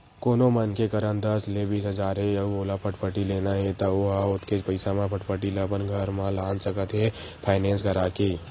कोनो मनखे करन दस ले बीस हजार हे अउ ओला फटफटी लेना हे त ओ ह ओतकेच पइसा म फटफटी ल अपन घर म लान सकत हे फायनेंस करा के